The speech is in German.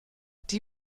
die